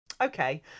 Okay